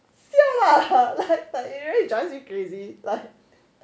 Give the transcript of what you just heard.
sia lah you like like really drives me crazy like